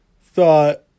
thought